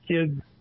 kids